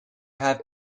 have